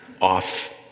off